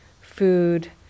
food